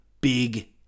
Big